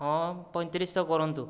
ହଁ ପଇଁତିରିଶହ କରନ୍ତୁ